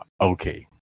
okay